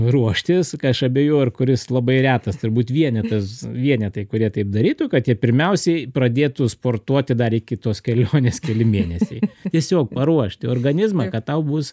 ruoštis ką aš abejoju ar kuris labai retas turbūt vienetas vienetai kurie taip darytų kad jie pirmiausiai pradėtų sportuoti dar iki tos kelionės keli mėnesiai tiesiog paruošti organizmą kad tau bus